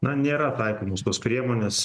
na nėra taikomos tos priemonės